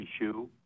issue